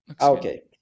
Okay